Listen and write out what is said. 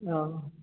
हाँ